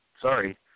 sorry